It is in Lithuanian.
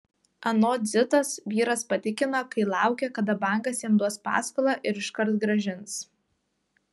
anot zitos vyras patikino kai laukia kada bankas jam duos paskolą ir iškart grąžins